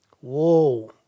Whoa